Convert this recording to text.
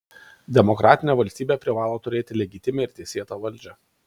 demokratinė valstybė privalo turėti legitimią ir teisėtą valdžią